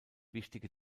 wichtige